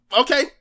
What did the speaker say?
Okay